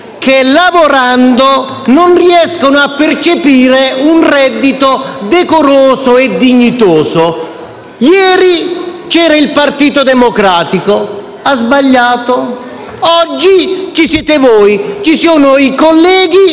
che non riescono a percepire un reddito decoroso e dignitoso. Ieri c'era il Partito Democratico: e dite che ha sbagliato. Oggi ci siete voi, ci sono i colleghi